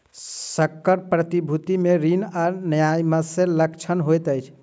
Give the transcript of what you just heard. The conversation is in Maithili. संकर प्रतिभूति मे ऋण आ न्यायसम्य लक्षण होइत अछि